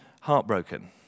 heartbroken